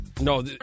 No